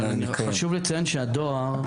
חשוב לציין שהדואר,